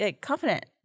confident